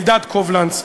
אלדד קובלנץ,